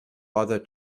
bother